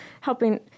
helping